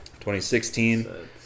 2016